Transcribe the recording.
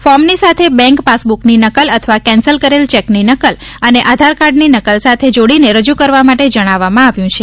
ફોર્મની સાથે બેંક પાસબુકની નકલ અથવા કેન્સલ કરેલ ચેકની નકલ અને આધારકાર્ડની નકલ સાથે જોડીને રજુ કરવા માટે જણાવવામાં આવેલ છે